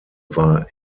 war